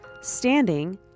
standing